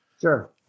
Sure